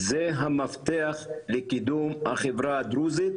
זה המפתח לקידום החברה הדרוזית,